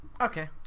Okay